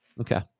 Okay